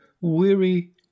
weary